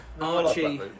Archie